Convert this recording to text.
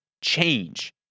change